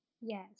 Yes